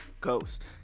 Ghost